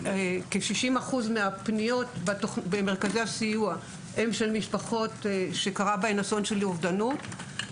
כ-60% מהפניות במרכזי הסיוע הן של משפחות שקרה בהן אסון של אובדנות.